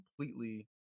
completely